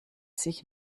sich